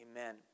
Amen